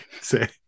say